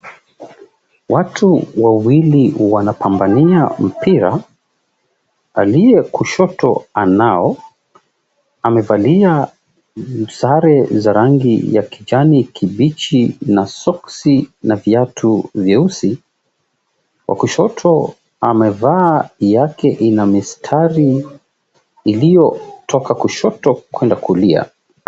Watu wawili wanapambania mpira. Aliyekushoto anao, amevalia sare za rangi ya kijani kibichi na soksi na viatu vyeusi, wa kushoto amevaa yake ina mistari iliyotoka kushoto kwenda kulia.